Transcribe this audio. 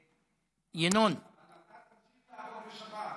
ינון, אבל אתה תמשיך לעבוד בשבת.